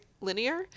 linear